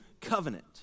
covenant